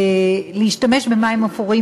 להשתמש במים אפורים,